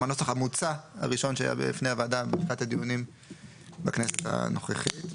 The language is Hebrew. הנוסח המוצע הראשון שהיה בפני הוועדה בתחילת הדיונים בכנסת הנוכחית.